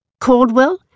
Caldwell